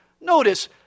Notice